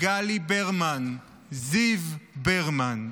גלי ברמן, זיו ברמן,